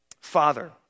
Father